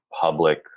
public –